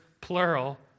plural